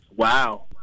Wow